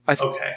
Okay